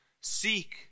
Seek